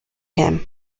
him